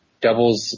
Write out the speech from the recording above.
doubles